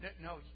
No